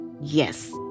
Yes